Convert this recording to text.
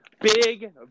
big